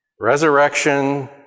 resurrection